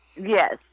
Yes